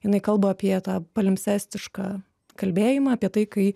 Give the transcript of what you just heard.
jinai kalba apie tą palemsestišką kalbėjimą apie tai kai